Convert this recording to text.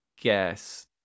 guess